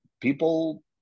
people